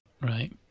Right